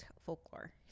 folklore